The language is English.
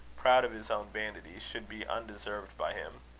proud of his own vanity, should be undeserved by him.